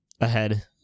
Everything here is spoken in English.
ahead